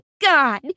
God